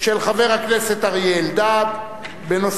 של חבר הכנסת אריה אלדד בנושא: